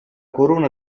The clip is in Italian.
corona